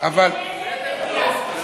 לפחות הוא ויתר,